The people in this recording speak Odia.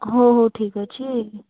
ହଉ ହଉ ଠିକ୍ ଅଛି